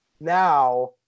now